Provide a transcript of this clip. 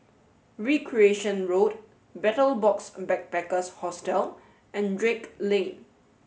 Recreation Road Betel Box Backpackers Hostel and Drake Lane